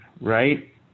right